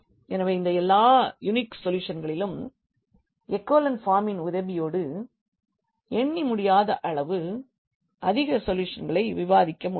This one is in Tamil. எனவே இந்த எல்லா யூனிக் சொல்யூஷனிலும் எகோலன் பார்மின் உதவியோடு எண்ணமுடியாத அளவு அதிக சொல்யூஷன்களை விவாதிக்க முடியும்